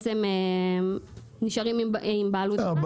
שנשארים עם בעלות --- לא,